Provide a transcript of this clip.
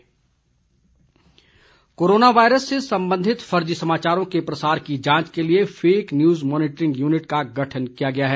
निगरानी corona virus से संबंधित फर्जी समाचारों के प्रसार की जांच के लिए फेक न्यूज़ मॉनिटरिंग यूनिट का गठन किया गया है